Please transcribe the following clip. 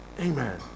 Amen